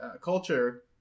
culture